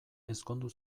ezkondu